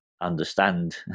understand